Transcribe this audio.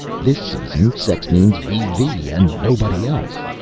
this season sex means vv and nobody else.